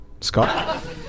Scott